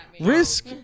risk